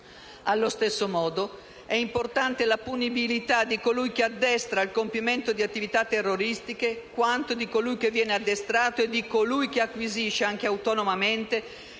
Allo stesso modo è importante la punibilità di colui che addestra al compimento di attività terroristiche, quanto di colui che viene addestrato e di colui che acquisisce, anche autonomamente, le